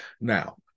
Now